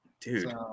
dude